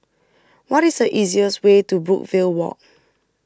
what is the easiest way to Brookvale Walk